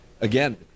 again